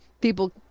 people